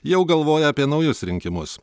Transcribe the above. jau galvoja apie naujus rinkimus